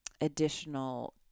additional